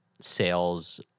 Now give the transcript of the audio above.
sales